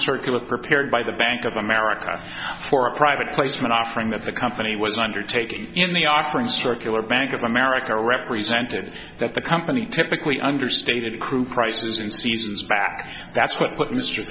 circular prepared by the bank of america for a private placement offering that the company was undertaking in the offering circular bank of america represented that the company typically understated crude prices and seasons back that's what